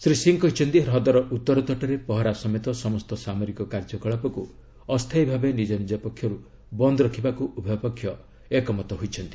ଶ୍ରୀ ସିଂ କହିଛନ୍ତି ହ୍ରଦର ଉତ୍ତର ତଟରେ ପହରା ସମେତ ସମସ୍ତ ସାମରିକ କାର୍ଯ୍ୟକଳାପକୁ ଅସ୍ଥାୟୀ ଭାବେ ନିଜନିଜ ପକ୍ଷରୁ ବନ୍ଦ ରଖିବାକୁ ଉଭୟ ପକ୍ଷ ଏକମତ ହୋଇଛନ୍ତି